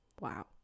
Wow